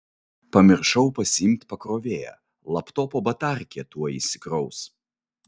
pamiršau pasiimt pakrovėją laptopo batarkė tuoj išsikraus